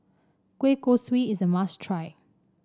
Kueh Kosui is a must try